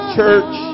church